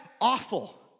awful